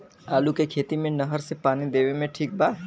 आलू के खेती मे नहर से पानी देवे मे ठीक बा?